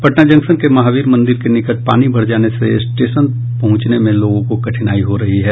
Patna junction के महावीर मंदिर के निकट पानी भर जाने से स्टेशन पहुंचने में लोगों को कठिनाई हो रही है